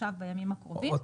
בימים הקרובים,